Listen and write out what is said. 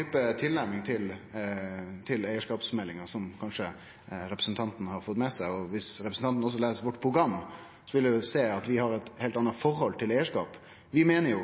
type tilnærming til eigarskapsmeldinga, som kanskje representanten har fått med seg. Og dersom representanten også les programmet vårt, vil ho sjå at vi har eit heilt anna forhold til eigarskap. Vi meiner jo